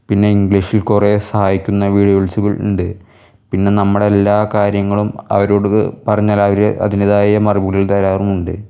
പിന്നെ ഇംഗ്ലീഷിൽ കുറേ സഹായിക്കുന്ന വീഡിയോസുകൾ ഉണ്ട് പിന്നെ നമ്മുടെ എല്ലാ കാര്യങ്ങളും അവരോട് പറഞ്ഞാൽ അവർ അതിൻ്റേതായ മറുപടികൾ തരാറും ഉണ്ട്